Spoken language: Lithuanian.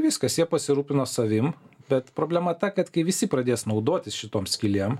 viskas jie pasirūpino savim bet problema ta kad kai visi pradės naudotis šitom skylėm